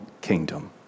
kingdom